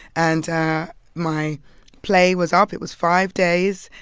and my play was up. it was five days,